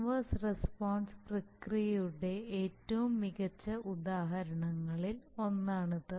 inverse response പ്രക്രിയയുടെ ഏറ്റവും മികച്ച ഉദാഹരണങ്ങളിൽ ഒന്നാണിത്